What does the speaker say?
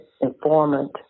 informant